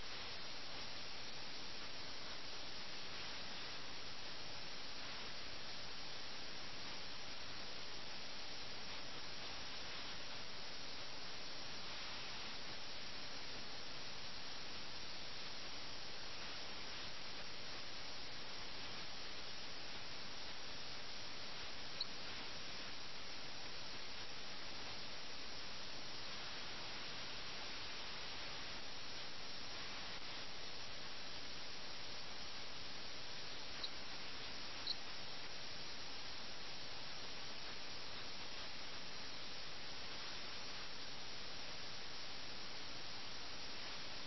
അതിനാൽ ചെസ്സ് മര്യാദകളെ ചൊല്ലിയുള്ള ഈ ഏറ്റുമുട്ടലിന്റെ ഫലമായി അവർ പരസ്പരം കുലീനതയെ ഇകഴ്ത്തുന്നു അതിനാൽ അവർ പരസ്പരം പൂർവ്വികരെയും വംശപരമ്പരയെയും അപകീർത്തിപ്പെടുത്തുന്ന പരാമർശങ്ങൾ നടത്തുന്ന തരത്തിലേക്ക് എത്തുന്നു നിങ്ങളുടെ പൂർവ്വികൻ ഒരു പുല്ലുവെട്ടുകാരനായിരുന്നുവെന്ന് ഒരാൾ പറയുന്നു മറ്റൊരാൾ പറയുന്നു നിങ്ങളുടെ പൂർവ്വികൻ ഒരു പാചകക്കാരനായിരുന്നു ഇപ്രകാരം പരസ്പരം വംശപരമ്പരയ്ക്കെതിരെ നടത്തുന്ന പരാമർശങ്ങൾ അവരെ പരസ്പരം ദേഷ്യം പിടിപ്പിക്കുന്നു ആ കോപം അവർ തമ്മിലുള്ള കയ്യാങ്കളിയിലേക്ക് കൊണ്ടെത്തിക്കുന്നു അത് അവരുടെ മരണത്തിലേക്ക് ഉള്ള പോരാട്ടമാണ് അത് വളരെ രസകരമാണ്